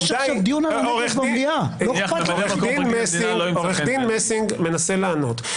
עו"ד מסינג מנסה לענות.